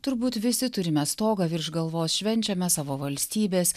turbūt visi turime stogą virš galvos švenčiame savo valstybės